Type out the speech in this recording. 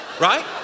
right